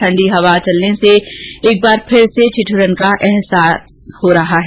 ठंडी हवा चलने से एक बार फिर ठिदुरन का अहसास हो रहा है